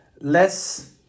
less